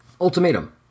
Ultimatum